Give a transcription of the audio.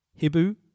Hibu